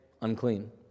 unclean